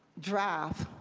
draft,